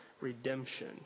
redemption